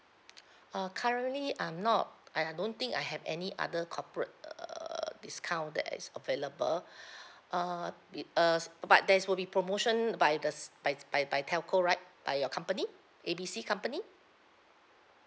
uh currently I'm not I I don't think I have any other corporate err discount that is available err it uh s~ but there's will be promotion by the s~ by by by telco right by your company A B C company